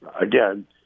Again